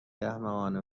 احمقانه